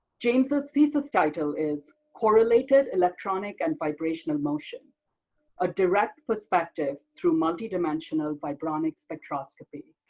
james's thesis title is correlated electronic and vibrational motion a direct perspective through multidimensional vibronic spectroscopy.